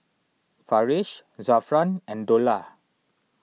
Farish Zafran and Dollah